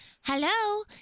Hello